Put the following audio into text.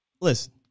Listen